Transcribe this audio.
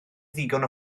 ddigon